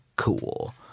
cool